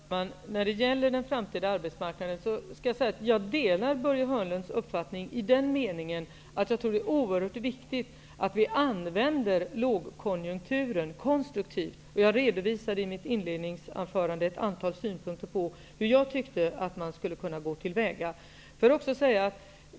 Herr talman! När det gäller den framtida arbetsmarknaden delar jag Börje Hörnlunds uppfattning i den meningen att jag anser att det är oerhört viktigt att vi använder lågkonjunkturen konstruktivt. Jag framförde i mitt inledningsanförande ett antal synpunkter på hur man skulle kunna gå till väga.